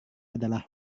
adalah